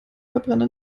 verbrenner